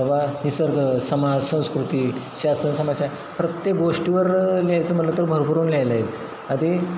बाबा निसर्ग समाज संस्कृती शासन समाचार प्रत्येक गोष्टीवर लिहायचं म्हटलं तर भरभरून लिहायला येईल आधी